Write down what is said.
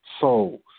souls